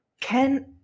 Can-